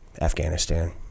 Afghanistan